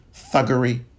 thuggery